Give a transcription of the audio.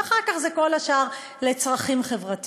ואחר כך זה כל השאר לצרכים חברתיים.